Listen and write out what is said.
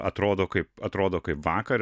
atrodo kaip atrodo kaip vakar